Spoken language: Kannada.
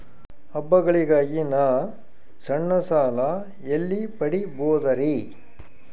ಹಬ್ಬಗಳಿಗಾಗಿ ನಾ ಸಣ್ಣ ಸಾಲ ಎಲ್ಲಿ ಪಡಿಬೋದರಿ?